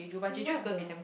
who what the